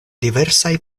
diversaj